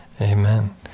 Amen